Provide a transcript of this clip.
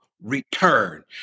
return